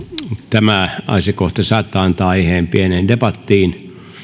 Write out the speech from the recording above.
tämä asiakohta saattaa antaa aiheen pieneen debattiin